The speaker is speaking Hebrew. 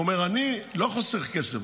הוא אומר: אני לא חוסך כסף,